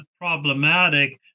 problematic